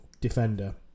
defender